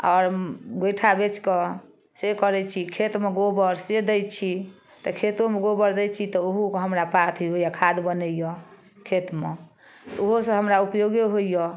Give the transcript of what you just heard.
आओर गोइठा बेचकऽ से करै छी खेतमे गोबर से दै छी तऽ खेतोमे गोबर दै छी तऽ ओहूके हमरा पा अथी खाद बनैये खेतमे ओहोसँ हमरा उपयोगे होइए